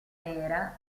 nera